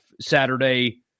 Saturday